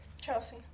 Chelsea